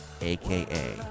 aka